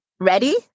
Ready